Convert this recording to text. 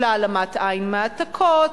של העלמת עין מהעתקות,